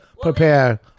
prepare